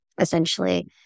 essentially